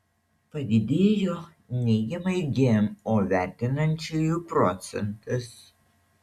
padidėjo neigiamai gmo vertinančiųjų procentas